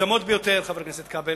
מוגזמים ביותר, חבר הכנסת כבל.